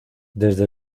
desde